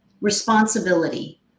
responsibility